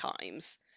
times